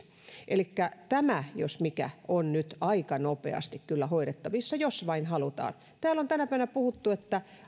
elikkä tämä jos mikä on nyt aika nopeasti kyllä hoidettavissa jos vain halutaan täällä on tänä päivänä puhuttu että